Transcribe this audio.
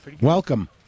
Welcome